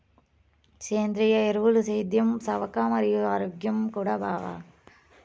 సేంద్రియ ఎరువులు సేద్యం సవక మరియు ఆరోగ్యం కూడా బావ